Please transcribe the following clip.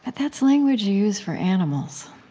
but that's language you use for animals.